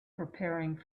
preparing